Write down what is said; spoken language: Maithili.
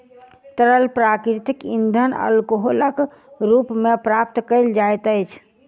तरल प्राकृतिक इंधन अल्कोहलक रूप मे प्राप्त कयल जाइत अछि